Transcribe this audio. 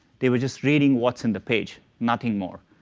they were just reading what's in the page, nothing more.